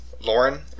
Lauren